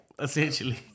Essentially